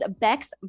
Bex